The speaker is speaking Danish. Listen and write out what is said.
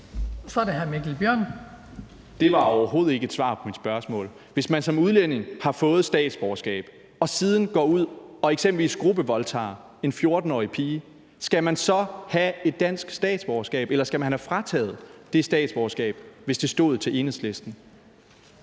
Kl. 15:15 Mikkel Bjørn (DF): Det var overhovedet ikke et svar på mit spørgsmål. Hvis man som udlænding har fået statsborgerskab og siden går ud og eksempelvis er med i en gruppevoldtægt af en 14-årig pige, skal man så bevare det danske statsborgerskab, eller skal man have frataget det statsborgerskab, hvis det stod til Enhedslisten?